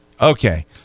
Okay